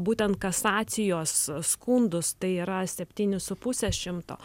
būtent kasacijos skundus tai yra septyni su puse šimto